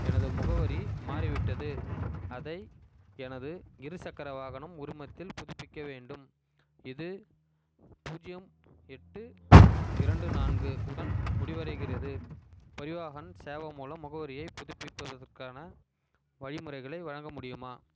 எனது முகவரி மாறிவிட்டது அதை எனது இரு சக்கர வாகனம் உரிமத்தில் புதுப்பிக்க வேண்டும் இது பூஜ்யம் எட்டு இரண்டு நான்கு உடன் முடிவடைகிறது பரிவாஹன் சேவா மூலம் முகவரியைப் புதுப்பிப்பதற்கான வழிமுறைகளை வழங்க முடியுமா